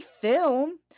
film